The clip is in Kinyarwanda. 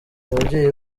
babyeyi